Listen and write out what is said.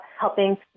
helping